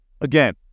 Again